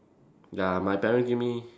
ya my parents give me